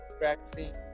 vaccine